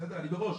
אני מראש